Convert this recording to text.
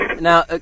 now